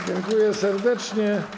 Dziękuję serdecznie.